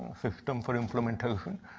system for implementation.